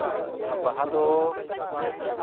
ᱚᱱᱟ ᱵᱟᱦᱟ ᱫᱚ